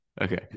Okay